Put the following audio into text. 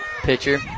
pitcher